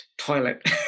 toilet